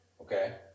Okay